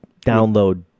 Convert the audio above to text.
download